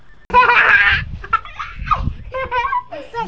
liberty bond जारी कईला के साथे अमेरिका लोग से देशभक्ति देखावे के कहेला